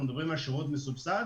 אנחנו מדברים על שירות מסובסד,